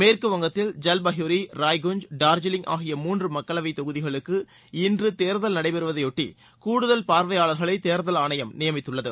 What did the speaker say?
மேற்குவங்கத்தில் ஜல்பைகுரி ராய்குன்ஞ் டார்ஜிலிங் ஆகிய மூன்று மக்களவைத் தொகுதிகளுக்கு இன்று தேர்தல் நடைபெறுவதையொட்டி கூடுதல் பார்வையாளர்களை தேர்தல் ஆணையம் நியமித்துள்ளது